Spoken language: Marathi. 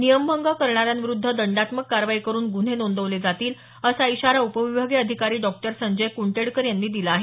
नियमभंग करणाऱ्यांविरुद्ध दंडात्मक कारवाई करुन गुन्हे नोंदवले जाईल असा इशारा उपविभागीय अधिकारी डॉक्टर संजय कुंडेटकर यांनी दिला आहे